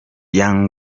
young